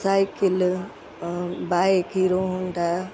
cycle bike Hero Honda